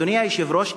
אדוני היושב-ראש,